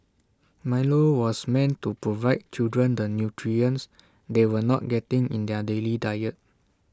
milo was meant to provide children the nutrients they were not getting in their daily diet